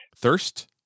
Thirst